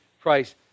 Christ